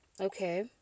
Okay